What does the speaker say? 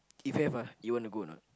if have ah you want to go or not